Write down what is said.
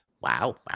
Wow